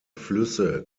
flüsse